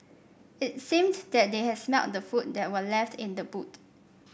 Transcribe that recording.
it seemed that they had smelt the food that were left in the boot